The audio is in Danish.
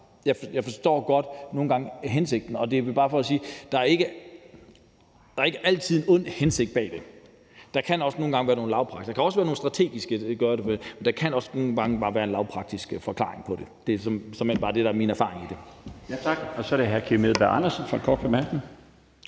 Jeg forstår godt nogle gange hensigten, og det er bare for at sige, at der ikke altid er en ond hensigt bagved. Der kan nogle gange være nogle strategiske grunde til det, men der kan også nogle gange bare være en lavpraktisk forklaring på det. Det er såmænd bare det, der er min erfaring med det. Kl. 14:50 Den fg. formand (Bjarne Laustsen): Tak.